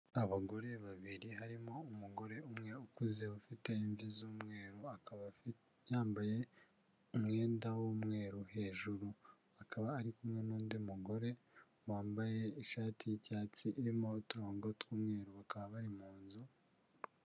Abagore babiri, harimo umugore umwe ukuze ufite imvi z'umweru akaba yambaye umwenda w'umweru hejuru, akaba ari kumwe n'undi mugore wambaye ishati y'icyatsi irimo uturongo tw'umweru bakaba bari munzu.